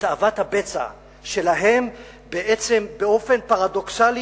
שתאוות הבצע שלהם באופן פרדוקסלי,